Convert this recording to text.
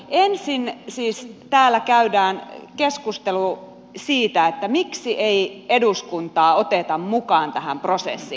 ensin siis täällä käydään keskustelu siitä miksi ei eduskuntaa oteta mukaan tähän prosessiin